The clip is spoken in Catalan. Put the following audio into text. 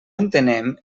entenem